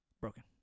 Broken